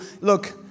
look